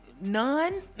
none